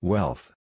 Wealth